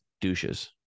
douches